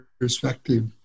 perspective